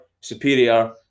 superior